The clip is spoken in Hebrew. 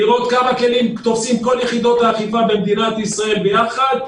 לראות כמה כלים תופסות כל יחידות האכיפה במדינת ישראל ביחד.